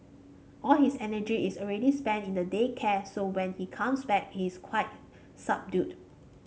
all his energy is already spent in the day care so when he comes back he is quite subdued